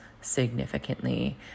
significantly